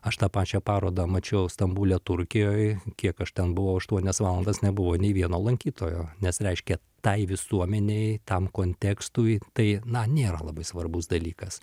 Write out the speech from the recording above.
aš tą pačią parodą mačiau stambule turkijoj kiek aš ten buvau aštuonias valandas nebuvo nei vieno lankytojo nes reiškia tai visuomenei tam kontekstui tai na nėra labai svarbus dalykas